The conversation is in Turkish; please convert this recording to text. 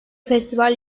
festival